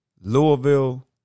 Louisville